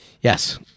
Yes